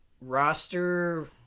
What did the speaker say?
roster